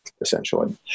essentially